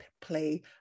play